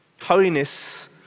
holiness